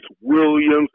Williams